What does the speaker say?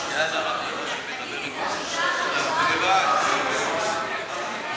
ההצעה להעביר את הצעת חוק לתיקון פקודת